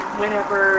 whenever